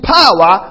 power